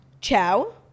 ciao